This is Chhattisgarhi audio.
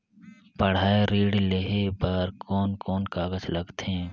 पढ़ाई ऋण लेहे बार कोन कोन कागज लगथे?